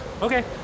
Okay